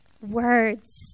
words